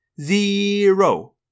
Zero